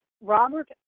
Robert